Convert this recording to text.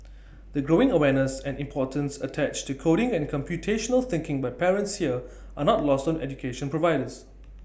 the growing awareness and importance attached to coding and computational thinking by parents here are not lost on education providers